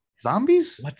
Zombies